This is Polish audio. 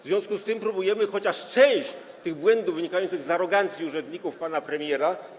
W związku z tym próbujemy naprawić chociaż część tych błędów wynikających z arogancji urzędników pana premiera.